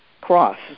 cross